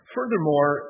Furthermore